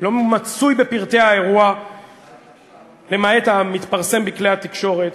לא מצוי בפרטי האירוע למעט המתפרסם בכלי התקשורת,